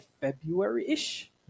February-ish